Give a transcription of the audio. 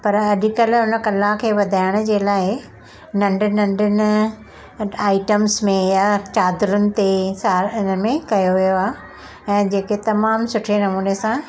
पर अॼुकल्ह हुन कला खे वधाइण जे लाइ नंढ नंढनि आइटम्स में या चादरुनि ते सार हिन में कयो वियो आहे ऐं जेके तमामु सुठे नमूने सां